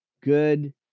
good